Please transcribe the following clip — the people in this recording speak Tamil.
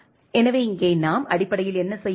எனவே இங்கே நாம் அடிப்படையில் என்ன செய்கிறோம்